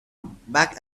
back